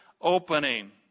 opening